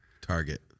target